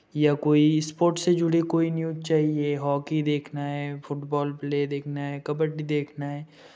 या कोई स्पोर्ट से जुड़े कोई न्यूज़ चाहिए हॉकी देखना है फुटबॉल प्ले देखना है कबड्डी देखना है